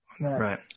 Right